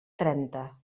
trenta